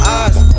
eyes